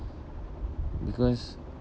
because